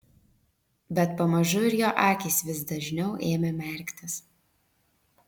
bet pamažu ir jo akys vis dažniau ėmė merktis